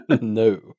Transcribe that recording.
No